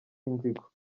inzigo